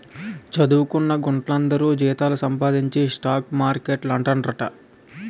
చదువుకొన్న గుంట్లందరూ జీతాలు సంపాదించి స్టాక్ మార్కెట్లేడతండ్రట